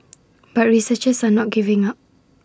but researchers are not giving up